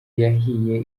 yahiye